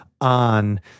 on